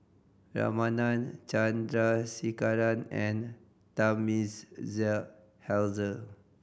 Ramanand Chandrasekaran and Thamizhavel